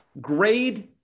grade